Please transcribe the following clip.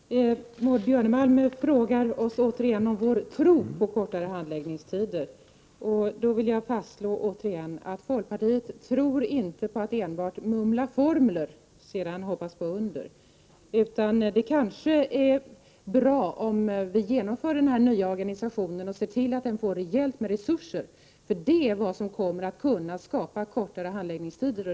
Herr talman! Maud Björnemalm frågade oss återigen om vår tro på kortare handläggningstider. Jag vill fastslå att folkpartiet inte tror på att enbart mumla formler och sedan hoppas på under! Det kanske är bra om vi genomför den nya organisationen och ser till att den får rejält med resurser — det är vad som kommer att kunna skapa kortare handläggningstider.